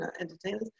entertainers